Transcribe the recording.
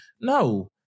no